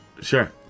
Sure